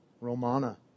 Romana